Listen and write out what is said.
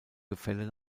gefälle